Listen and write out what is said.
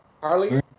Harley